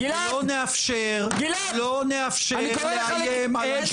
ולא נאפשר לא נאפשר לאיים על אנשי חינוך.